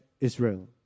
Israel